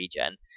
regen